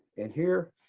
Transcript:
and here,